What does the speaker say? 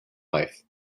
life